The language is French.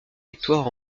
victoires